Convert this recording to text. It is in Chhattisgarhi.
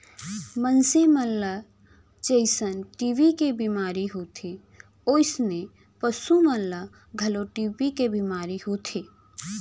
मनसे मन ल जइसन टी.बी के बेमारी होथे वोइसने पसु मन ल घलौ टी.बी के बेमारी होथे